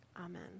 Amen